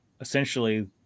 essentially